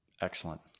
excellent